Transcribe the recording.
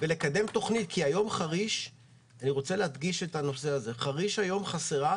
אני רוצה להדגיש: היום חריש חסרה.